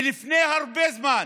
לפני הרבה זמן,